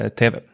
tv